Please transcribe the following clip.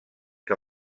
que